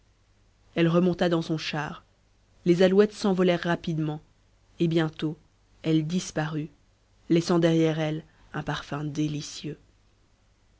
elle remonta dans son char les alouettes s'envolèrent rapidement et bientôt elle disparut laissant derrière elle un parfum délicieux